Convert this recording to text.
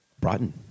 Brighton